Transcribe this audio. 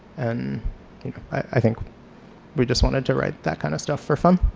and i think we just wanted to write that kind of stuff for fun.